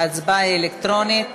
ההצבעה היא אלקטרונית.